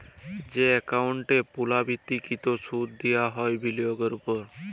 যে একাউল্টে পুর্লাবৃত্ত কৃত সুদ দিয়া হ্যয় বিলিয়গের উপর